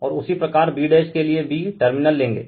और उसी प्रकार b' के लिए b टर्मिनल लेंगे